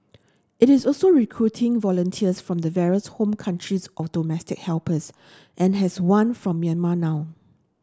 it is also recruiting volunteers from the various home countries of domestic helpers and has one from Myanmar now